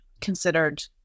considered